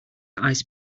ice